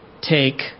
take